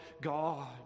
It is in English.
God